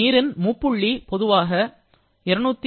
நீரின் முப்புள்ளி பொதுவாக 273